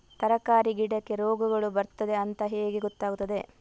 ತರಕಾರಿ ಗಿಡಕ್ಕೆ ರೋಗಗಳು ಬರ್ತದೆ ಅಂತ ಹೇಗೆ ಗೊತ್ತಾಗುತ್ತದೆ?